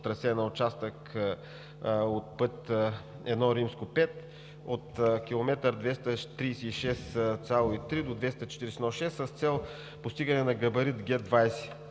трасе на участък от път I-5 от км 236,3 до 241,6 с цел постигане на габарит Г 20.